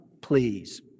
please